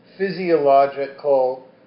physiological